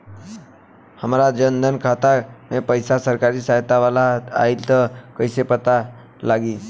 हमार जन धन खाता मे पईसा सरकारी सहायता वाला आई त कइसे पता लागी?